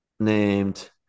named